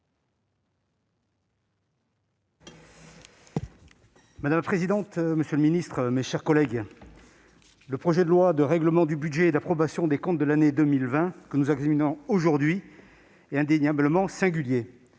Madame la présidente, monsieur le ministre, mes chers collègues, ce projet de loi de règlement du budget et d'approbation des comptes de l'année 2020 est indéniablement singulier.